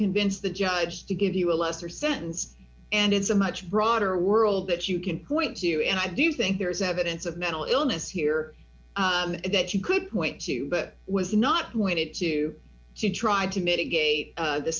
convince the judge to give you a lesser sentence and it's a much broader world that you can point to and i do think there is evidence of mental illness here that you could point to but was not pointed to she tried to mitigate the